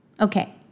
Okay